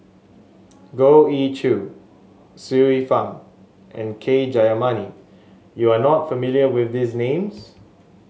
Goh Ee Choo Xiu Fang and K Jayamani you are not familiar with these names